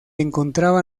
encontraba